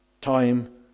Time